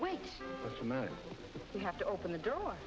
wait a minute we have to open the door